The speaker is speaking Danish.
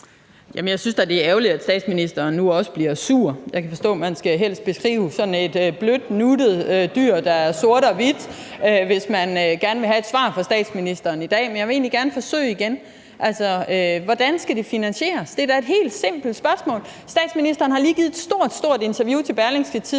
Jamen jeg synes da, det er ærgerligt, at statsministeren nu også bliver sur. Jeg kan forstå, at man helst skal beskrive sådan et blødt, nuttet dyr, der er sort og hvidt, hvis man gerne vil have et svar fra statsministeren i dag. Men jeg vil egentlig gerne forsøge igen: Hvordan skal det finansieres? Det er da et helt simpelt spørgsmål. Statsministeren har lige givet et stort, stort interview til Berlingske,